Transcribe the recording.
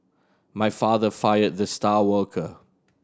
my father fired the star worker